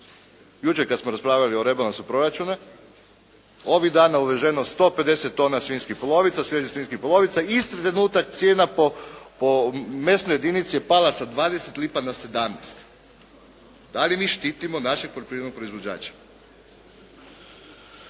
Jučer kada smo raspravljali o rebalansu proračuna, ovih dana je uvezeno 150 tona svinjskih polovica, svježih svinjskih polovica, isti trenutak cijena po mesnoj jedinici je pala sa 20 lipa na 17. Da li mi štitimo našeg poljoprivrednog proizvođača?